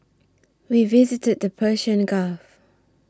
we visited the Persian Gulf